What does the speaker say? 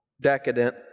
decadent